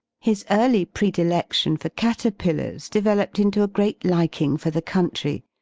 his early prediledion for caterpillars developed into a great liking for the country,